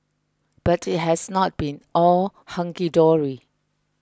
but it has not been all hunky dory